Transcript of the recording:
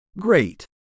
Great